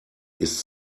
ist